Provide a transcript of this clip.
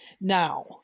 Now